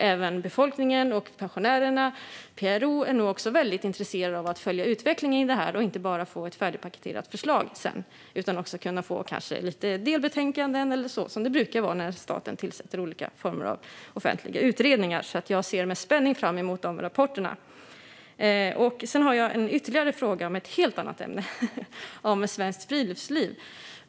Även befolkningen och pensionärerna - PRO - är nog väldigt intresserade av att följa utvecklingen i detta och inte bara få ett färdigpaketerat förslag. De vill kanske kunna få lite delbetänkanden eller annat, som det brukar vara när staten tillsätter olika former av offentliga utredningar. Jag ser med spänning fram emot dessa rapporter. Jag har ytterligare en fråga, om ett helt annat ämne: Svenskt Friluftsliv.